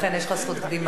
לכן יש לו זכות קדימה.